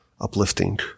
uplifting